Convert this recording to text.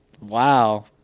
wow